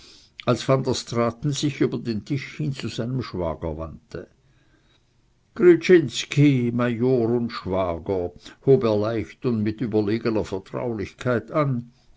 als van der straaten sich über den tisch hin zu seinem schwager wandte gryczinski major und schwager hob er leicht und mit überlegener vertraulichkeit an